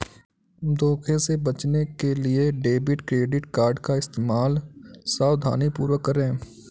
धोखे से बचने के लिए डेबिट क्रेडिट कार्ड का इस्तेमाल सावधानीपूर्वक करें